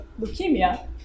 leukemia